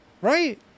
right